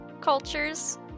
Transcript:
cultures